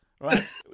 right